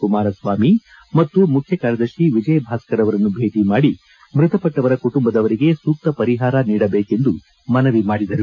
ಕುಮಾರಸ್ವಾಮಿ ಮತ್ತು ಮುಖ್ಯ ಕಾರ್ಯದರ್ಶಿ ವಿಜಯ ಭಾಸ್ಕರ್ ಅವರನ್ನು ಭೇಟಿ ಮಾಡಿ ಮೃತಪಟ್ಟವರ ಕುಟುಂಬದವರಿಗೆ ಸೂಕ್ತ ಪರಿಹಾರ ನೀಡಬೇಕೆಂದು ಮನವಿ ಮಾಡಿದರು